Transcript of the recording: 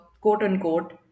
quote-unquote